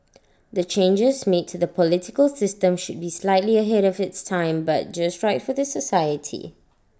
the changes made to the political system should be slightly ahead of its time but just right for the society